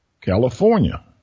California